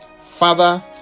Father